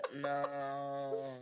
no